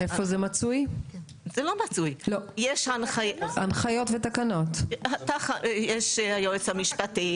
אנחנו יודעים שאיכות הזרע וסיכויי ההפריה הולכים ויורדים עם